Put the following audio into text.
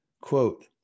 Quote